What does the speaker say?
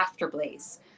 Afterblaze